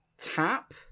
Tap